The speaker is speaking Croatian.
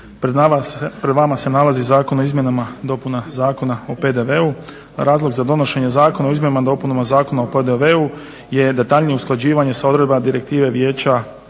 Pred vama se nalazi Zakon o izmjenama i dopunama Zakona o PDV-u. razlog za donošenje zakona o izmjenama i dopunama zakona o PDV-u je detaljnije usklađivanje sa odredbama Direktive Dijeća